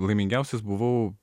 laimingiausias buvau